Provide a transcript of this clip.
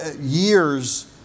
years